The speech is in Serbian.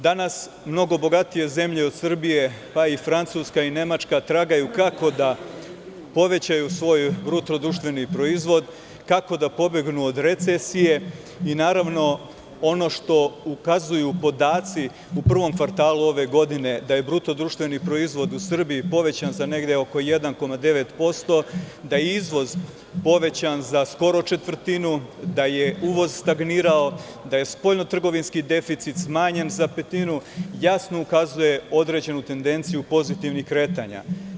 Danas mnogo bogatije zemlje od Srbije, pa i Francuska i Nemačka, tragaju kako da povećaju svoj bruto društveni proizvod, kako da pobegnu od recesije i naravno, ono što ukazuju podaci u prvom kvartalu ove godine, da je BDP u Srbiji povećan za negde oko 1,9%, da je izvoz povećan za skoro četvrtinu, da je uvoz stagnirao, da je spoljno-trgovinski deficit smanjen za petinu, jasno ukazuje određenu tendenciju pozitivnih kretanja.